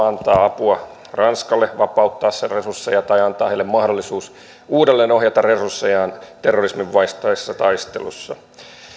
antaa apua ranskalle vapauttaa sen resursseja tai antaa heille mahdollisuus uudelleenohjata resurssejaan terrorismin vastaisessa taistelussa